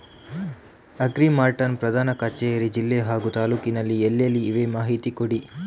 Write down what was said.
Agri Mart ನ ಪ್ರಧಾನ ಕಚೇರಿ ಜಿಲ್ಲೆ ಹಾಗೂ ತಾಲೂಕಿನಲ್ಲಿ ಎಲ್ಲೆಲ್ಲಿ ಇವೆ ಮಾಹಿತಿ ಕೊಡಿ?